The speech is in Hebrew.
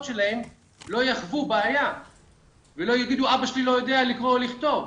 שלהם לא יחוו בעיה ולא יגידו: אבא שלי לא יודע לקרוא ולכתוב.